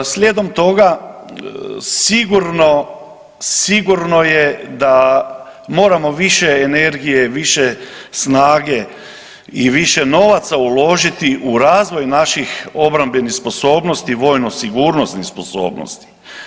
Slijedom toga, sigurno, sigurno je da moramo više energije, više snage i više novaca uložiti u razvoj naših obrambenih sposobnosti, vojno sigurnosnih sposobnosti.